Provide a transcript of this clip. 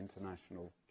international